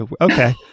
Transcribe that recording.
Okay